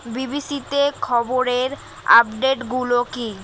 B বি সিতে খবরের আপডেটগুলো কী